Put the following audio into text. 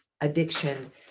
addiction